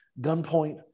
gunpoint